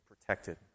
protected